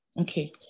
Okay